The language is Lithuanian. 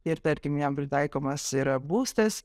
ir tarkim jam pritaikomas yra būstas